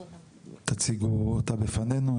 ואשמח שתציגו אותה בפנינו.